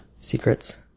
secrets